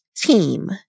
Team